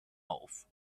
auf